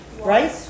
Right